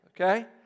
okay